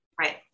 Right